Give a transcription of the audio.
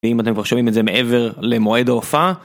ואם אתם כבר שומעים את זה מעבר למועד ההופעה,